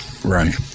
Right